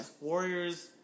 Warriors